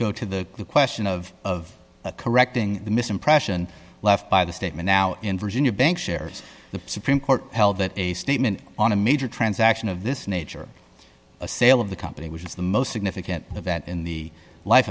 go to the question of correcting the misimpression left by the statement now in virginia bank shares the supreme court held that a statement on a major transaction of this nature sale of the company was the most significant event in the life